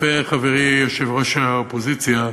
יפה חברי יו"ר האופוזיציה.